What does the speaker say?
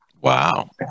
Wow